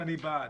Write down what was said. ואני בעד.